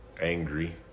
angry